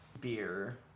beer